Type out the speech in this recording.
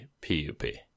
P-U-P